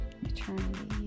Eternity